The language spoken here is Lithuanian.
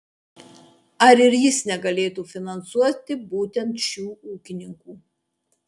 ar ir jis negalėtų finansuoti būtent šių ūkininkų